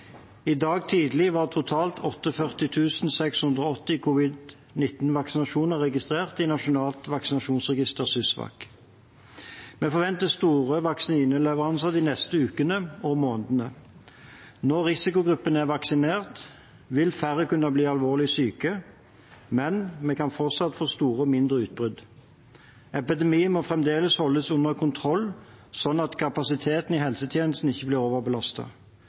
I dag tidlig var totalt 48 680 covid-19-vaksinasjoner registrert i Nasjonalt vaksinasjonsregister, SYSVAK. Vi forventer store vaksineleveranser de neste ukene og månedene. Når risikogruppene er vaksinert, vil færre kunne bli alvorlig syke, men vi kan fortsatt få store og mindre utbrudd. Epidemien må fremdeles holdes under kontroll, slik at kapasiteten i helsetjenesten ikke blir